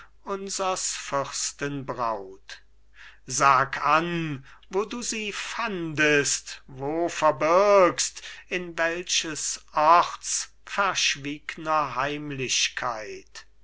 fürsten braut sag an wo du sie fandest wo verbirgst in welches orts verschwiegner heimlichkeit